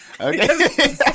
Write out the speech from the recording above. Okay